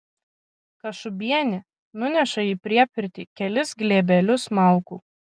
kašubienė nuneša į priepirtį kelis glėbelius malkų